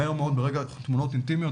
תמונות אינטימיות,